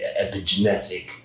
epigenetic